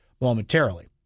momentarily